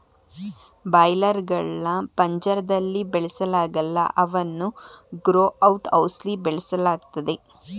boiler ಗಳ್ನ ಪಂಜರ್ದಲ್ಲಿ ಬೆಳೆಸಲಾಗಲ್ಲ ಅವನ್ನು ಗ್ರೋ ಔಟ್ ಹೌಸ್ಲಿ ಬೆಳೆಸಲಾಗ್ತದೆ